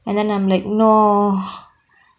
and then I'm like no